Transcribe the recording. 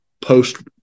post